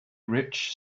rich